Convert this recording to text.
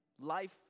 Life